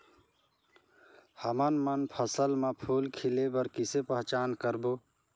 हमन मन फसल म फूल खिले बर किसे पहचान करबो?